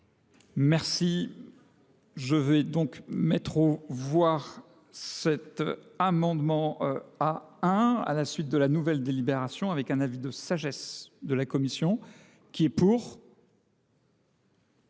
Merci. Je vais donc mettre au voire cet amendement A1, à la suite de la nouvelle délibération, avec un avis de sagesse de la Commission, qui est pour,